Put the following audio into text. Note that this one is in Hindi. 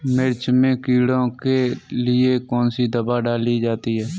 मिर्च में कीड़ों के लिए कौनसी दावा डाली जाती है?